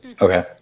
Okay